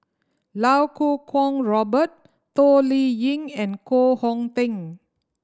Iau Kuo Kwong Robert Toh Liying and Koh Hong Teng